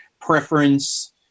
preference